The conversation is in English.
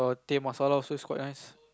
teh masala also is quite nice